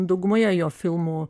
daugumoje jo filmų